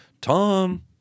Tom